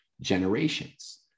generations